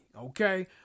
Okay